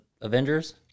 Avengers